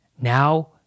Now